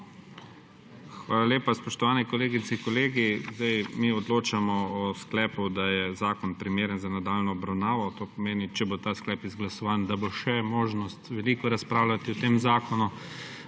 Hvala lepa. Spoštovani kolegice in kolegi, zdaj mi odločamo o sklepu, da je zakon primeren za nadaljnjo obravnavo. To pomeni, da če bo ta sklep izglasovan, bo še možnost veliko razpravljati o tem zakonu.